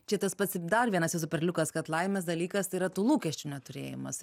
čia tas pats ir dar vienas perliukas kad laimės dalykas tai yra tų lūkesčių neturėjimas